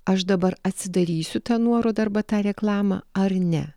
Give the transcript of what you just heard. aš dabar atsidarysiu tą nuorodą arba tą reklamą ar ne